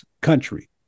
country